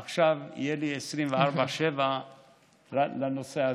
עכשיו יהיה לי 24/7 לנושא הזה.